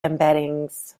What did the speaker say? embeddings